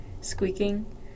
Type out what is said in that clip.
squeaking